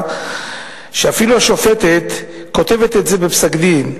שאפילו השופטת כותבת עליה בפסק-הדין,